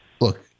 look